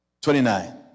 twenty-nine